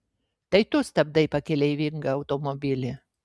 tai tu stabdai pakeleivingą automobilį